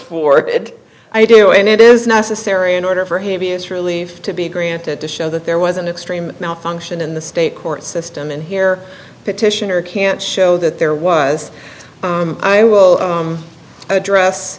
for it i do and it is necessary in order for him to be as relieved to be granted to show that there was an extreme malfunction in the state court system and here petitioner can't show that there was i will address